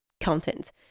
content